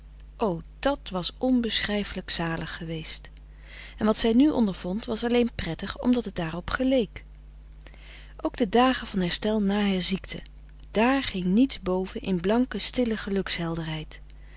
dat was onbeschrijfelijk zalig geweest en wat zij nu ondervond was alleen prettig omdat het daarop geleek ook de dagen van herstel na haar ziekte dààr ging niets boven in blanke stille